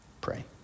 pray